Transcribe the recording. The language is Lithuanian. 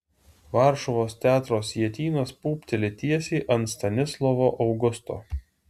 varšuvos teatro sietynas pūpteli tiesiai ant stanislovo augusto